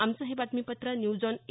आमचं हे बातमीपत्र न्यूज ऑन ए